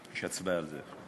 יש הצבעה על זה.